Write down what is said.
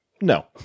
no